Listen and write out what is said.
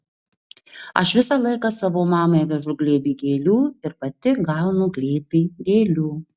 aš visą laiką savo mamai vežu glėbį gėlių ir pati gaunu glėbį gėlių